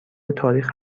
تاریخ